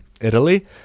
italy